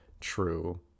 true